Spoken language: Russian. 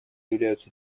являются